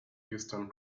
houston